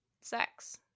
sex